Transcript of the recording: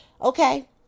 Okay